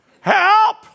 Help